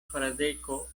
fradeko